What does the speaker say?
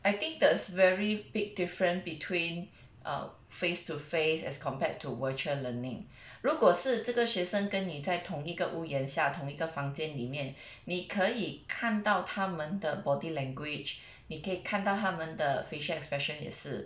I think there is a very big difference between err face to face as compared to virtual learning 如果是这个学生跟你在同一个屋檐下同一个房间里面你可以看到他们的 body language 你可以看到他们的 facial expression 也是